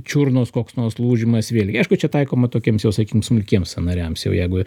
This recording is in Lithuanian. čiurnos koks nors lūžimas vėlgi aišku čia taikoma tokiems jau sakykim smulkiems sąnariams jau jeigu